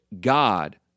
God